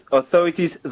authorities